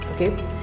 okay